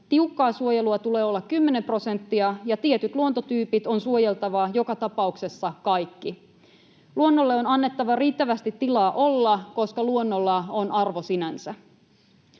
tiukkaa suojelua tulee olla 10 prosenttia ja tietyt luontotyypit on suojeltava joka tapauksessa kaikki. Luonnolle on annettava riittävästi tilaa olla, koska luonnolla on arvo sinänsä.